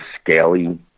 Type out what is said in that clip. scaly